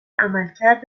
عملکرد